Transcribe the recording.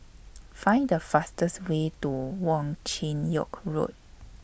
Find The fastest Way to Wong Chin Yoke Road